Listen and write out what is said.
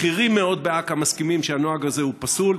בכירים מאוד באכ"א מסכימים שהנוהג הזה הוא פסול.